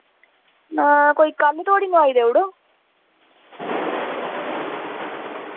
कोई कल धोड़ी नोआई देऊड़ो